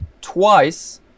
twice